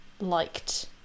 liked